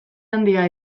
handia